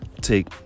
take